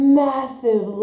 massive